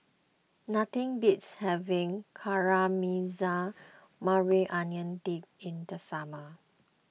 nothing beats having Caramelized Maui Onion Dip in the summer